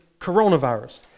coronavirus